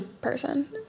Person